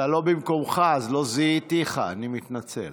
אתה לא במקומך אז לא זיהיתיך, אני מתנצל.